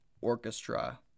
orchestra